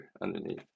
underneath